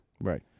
Right